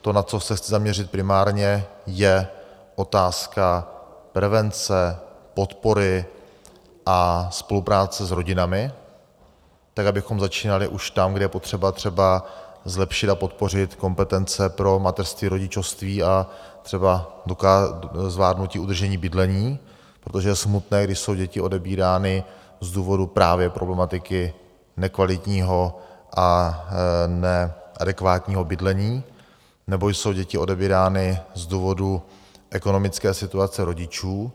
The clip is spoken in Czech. To, na co se chci zaměřit primárně, je otázka prevence, podpory a spolupráce s rodinami tak, abychom začínali už tam, kde je potřeba třeba zlepšit a podpořit kompetence pro mateřství, rodičovství a třeba zvládnutí udržení bydlení, protože je smutné, když jsou děti odebírány z důvodu právě problematiky nekvalitního a neadekvátního bydlení, nebo jsou děti odebírány z důvodu ekonomické situace rodičů.